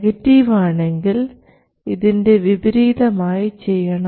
negative ആണെങ്കിൽ ഇതിൻറെ വിപരീതമായി ചെയ്യണം